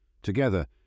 Together